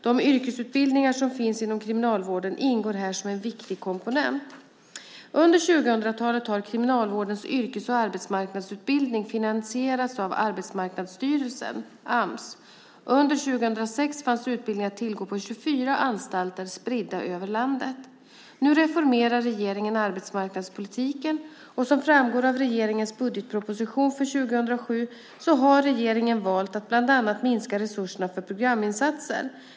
De yrkesutbildningar som finns inom Kriminalvården ingår här som en viktig komponent. Under 2000-talet har Kriminalvårdens yrkes och arbetsmarknadsutbildning finansierats av Arbetsmarknadsstyrelsen, Ams. Under 2006 fanns utbildning att tillgå på 24 anstalter spridda över landet. Nu reformerar regeringen arbetsmarknadspolitiken, och som framgår av regeringens budgetproposition för 2007 har regeringen valt att bland annat minska resurserna för programinsatser.